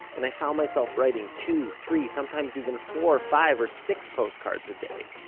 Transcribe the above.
and i found myself writing two, three, sometimes even four, five or six postcards a day.